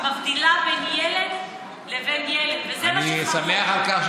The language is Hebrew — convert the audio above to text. היא מבדילה בין ילד לבין ילד, וזה מה שחמור.